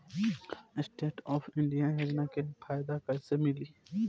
Stand up India योजना के फायदा कैसे मिली?